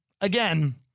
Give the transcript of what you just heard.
Again